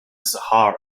sahara